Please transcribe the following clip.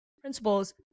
principles